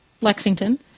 Lexington